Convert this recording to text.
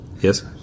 Yes